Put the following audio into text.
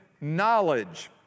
knowledge